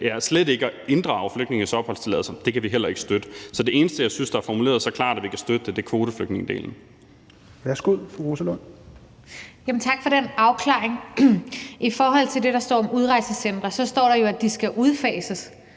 Slet ikke at inddrage flygtninges opholdstilladelser kan vi heller ikke støtte. Så det eneste, jeg synes er formuleret så klart, at vi kan støtte det, er kvoteflygtningedelen.